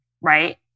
right